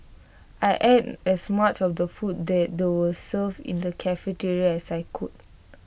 I ate as much of the food that they were served in the cafeteria as I could